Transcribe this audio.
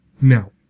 Now